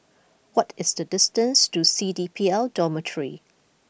what is the distance to C D P L Dormitory